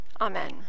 Amen